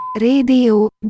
Radio